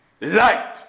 light